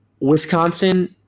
Wisconsin